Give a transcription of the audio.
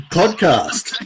podcast